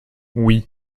oui